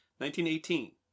1918